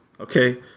okay